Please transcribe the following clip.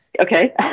okay